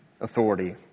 authority